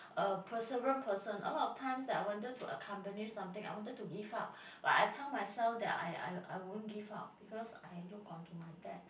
a perseverance person a lot of times I wanted to accompany something I wanted to give up but I tell myself that I I I won't give up because I look onto my dad